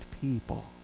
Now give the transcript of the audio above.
people